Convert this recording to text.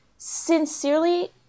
Sincerely